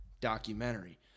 documentary